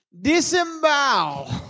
Disembowel